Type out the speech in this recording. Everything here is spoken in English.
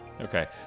okay